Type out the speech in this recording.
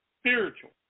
spiritual